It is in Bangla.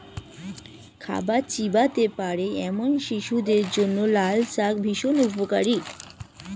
খাবার চিবোতে পারে এমন শিশুদের জন্য লালশাক ভীষণ উপকারী